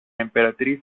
emperatriz